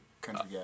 country